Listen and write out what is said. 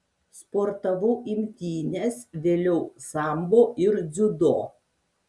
sportavau imtynes vėliau sambo ir dziudo